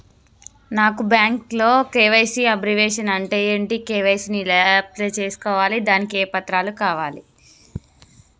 నాకు బ్యాంకులో KYC abbreviation అంటే ఏంటి కే.వై.సీ ని ఎలా అప్లై చేసుకోవాలి దానికి ఏ పత్రాలు కావాలి?